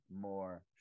more